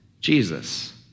Jesus